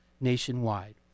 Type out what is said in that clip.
nationwide